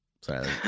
Sorry